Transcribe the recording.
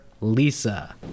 Lisa